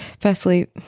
firstly